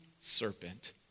serpent